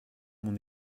mon